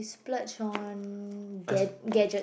splurge on gad~ gadgets